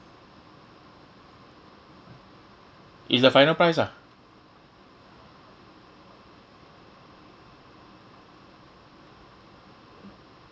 it's the final price ah